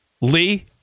Lee